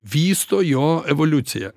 vysto jo evoliuciją